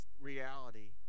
reality